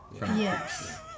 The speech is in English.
Yes